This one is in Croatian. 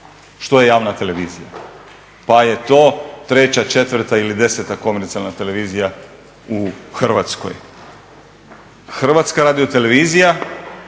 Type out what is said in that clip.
što je javna televizija. Pa je to treća, četvrta ili deseta komercijalna televizija u Hrvatskoj. Hrvatska radiotelevizija